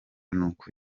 n’uko